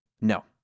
No